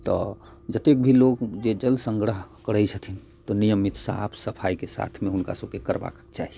तऽ जतेक भी लोग जे जल संग्रह करै छथिन तऽ नियमित साफ सफाइ के साथ मे हुनका सबके करबाक चाही